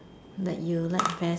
like you like